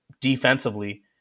defensively